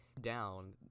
down